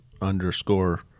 underscore